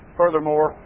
furthermore